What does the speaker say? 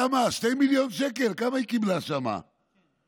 כמה, 2 מיליון שקלים, כמה היא קיבלה שם מההוא?